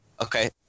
Okay